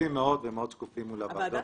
חשופים מאוד ומאוד שקופים מול הוועדות